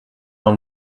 dans